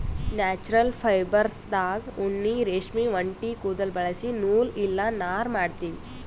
natural ಫೈಬರ್ಸ್ದಾಗ್ ಉಣ್ಣಿ ರೇಷ್ಮಿ ಒಂಟಿ ಕುದುಲ್ ಬಳಸಿ ನೂಲ್ ಇಲ್ಲ ನಾರ್ ಮಾಡ್ತೀವಿ